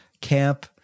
Camp